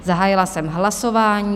Zahájila jsem hlasování.